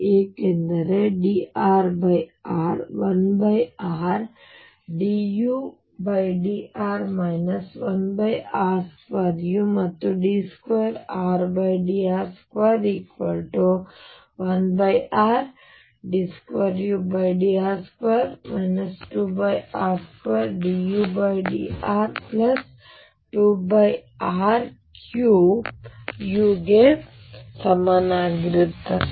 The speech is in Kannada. ಏಕೆಂದರೆ ಈಗ dRdr 1rdudr 1r2u ಮತ್ತು d2Rdr2 1r d2udr2 2r2dudr2r3u ಗೆ ಸಮನಾಗಿರುತ್ತದೆ